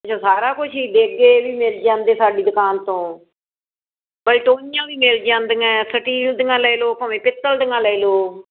ਜ ਸਾਰਾ ਕੁਝ ਹੀ ਦੇਗੇ ਵੀ ਮਿਲ ਜਾਂਦੇ ਸਾਡੀ ਦੁਕਾਨ ਤੋਂ ਬਲਟੋਹੀਆਂ ਵੀ ਮਿਲ ਜਾਂਦੀਆਂ ਸਟੀਲ ਦੀਆਂ ਲੈ ਲਓ ਭਾਵੇਂ ਪਿੱਤਲ ਦੀਆਂ ਲੈ ਲਓ